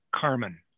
Carmen